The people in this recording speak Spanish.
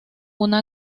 una